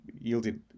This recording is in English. yielded